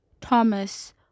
thomas